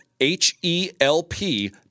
H-E-L-P